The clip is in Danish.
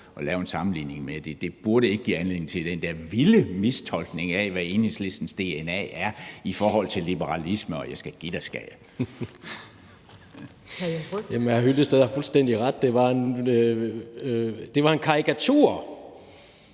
at lave en sammenligning med. Det burde ikke give anledning til den der vilde mistolkning af, hvad Enhedslistens dna er i forhold til liberalisme, og jeg skal give dig, skal jeg. Kl. 13:55 Første næstformand (Karen Ellemann):